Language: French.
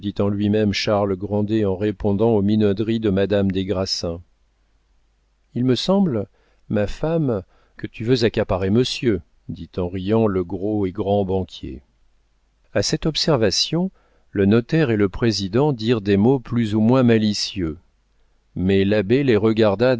en lui-même charles grandet en répondant aux minauderies de madame des grassins il me semble ma femme que tu veux accaparer monsieur dit en riant le gros et grand banquier a cette observation le notaire et le président dirent des mots plus ou moins malicieux mais l'abbé les regarda